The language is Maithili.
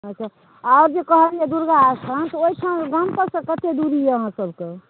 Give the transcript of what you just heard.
अच्छा आओर जे कहलियै दुर्गा स्थान से ओहिठाम गामपरसँ कतेक दूरी अइ अहाँसभके